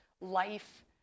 life